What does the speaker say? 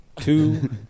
two